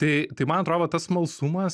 tai tai man atrodo tas smalsumas